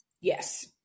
Yes